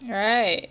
right